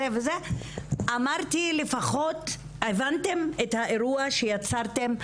אמרתי, לפחות הבנתם את האירוע שיצרתם.